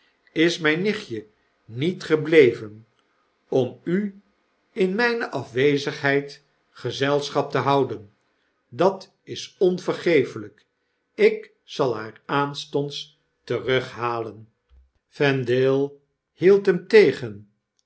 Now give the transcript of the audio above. is mijn nichtje niet gebleven om u in mijne afwezigheid gezelschap te houden dat is onvergeenyk ik zal haar aanstonds terughalen vendale hield hem tegen